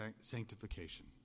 sanctification